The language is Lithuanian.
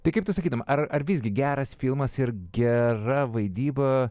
tai kaip tu sakytum ar ar visgi geras filmas ir gera vaidyba